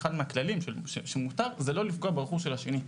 אחד מהכללים זה לא לפגוע ברכוש של השני.